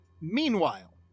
meanwhile